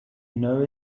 know